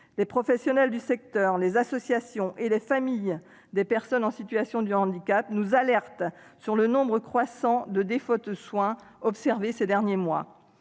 Les professionnels du secteur, les associations et les familles des personnes en situation de handicap nous alertent sur le nombre croissant de défauts de soins observés ces derniers mois.